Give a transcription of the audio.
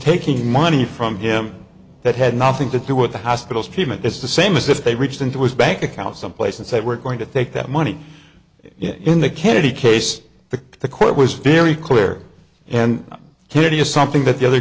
taking money from him that had nothing to do with the hospitals treatment is the same as if they reached into his bank account someplace and say we're going to take that money in the kennedy case the the court was very clear and tell you something that the other